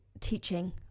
teaching